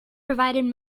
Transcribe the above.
provided